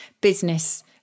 business